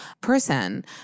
Person